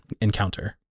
encounter